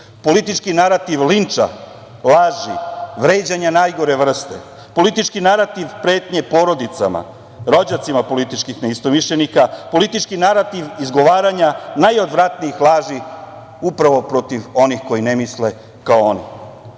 Politički narativ linča, laži, vređanja najgore vrste. Politički narativ pretnje porodicama, rođacima političkih neistomišljenika. Politički narativ izgovaranja najodvratnijih laži upravo protiv onih koji ne misle kao oni. Naš